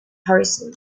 horizon